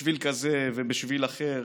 בשביל כזה ובשביל אחר.